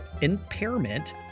impairment